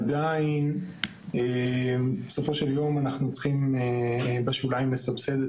עדיין בסופו של יום אנחנו צריכים לסבסד את